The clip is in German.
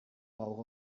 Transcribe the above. rauch